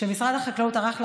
משרד החקלאות ערך לאחרונה,